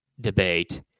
debate